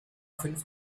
fünf